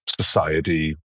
society